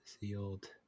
sealed